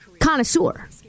connoisseur